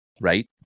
right